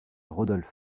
rodolphe